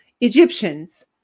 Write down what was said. Egyptians